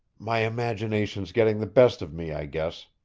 my imagination's getting the best of me, i guess,